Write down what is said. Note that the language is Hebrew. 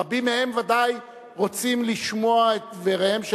רבים מהם ודאי רוצים לשמוע את דבריהם של